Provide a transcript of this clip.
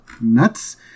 Nuts